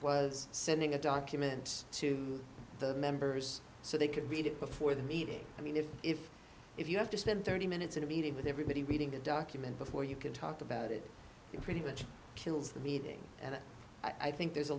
was sending a documents to the members so they could read it before the meeting i mean if if if you have to spend thirty minutes in a meeting with everybody reading the document before you can talk about it you pretty much kills the meeting and i think there's a